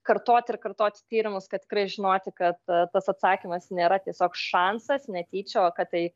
kartoti ir kartoti tyrimus kad tikrai žinoti kad tas atsakymas nėra tiesiog šansas netyčia o kad tai